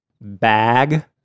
bag